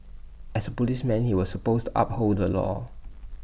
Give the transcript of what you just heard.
as A policeman he was supposed to uphold the law